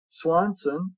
Swanson